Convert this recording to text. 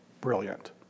brilliant